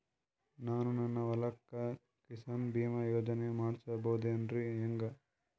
ನಾನು ನನ್ನ ಹೊಲಕ್ಕ ಕಿಸಾನ್ ಬೀಮಾ ಯೋಜನೆ ಮಾಡಸ ಬಹುದೇನರಿ ಹೆಂಗ?